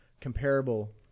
comparable